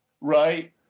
right